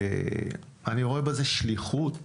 אני רואה בזה שליחות